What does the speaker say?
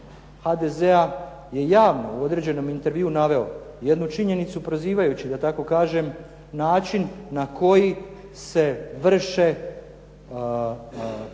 HDZ-a je javno u određenom intervju naveo jednu činjenicu prozivajući da tako kažem način na koji se vrše određeni